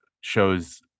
shows